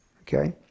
okay